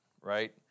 right